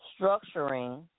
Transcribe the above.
structuring